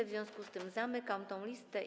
W związku z tym zamykam listę.